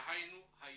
דהיינו היום.